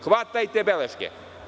Hvatajte beleške.